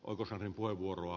oscarin puheenvuoroa